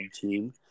team